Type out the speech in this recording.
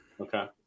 Okay